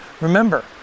remember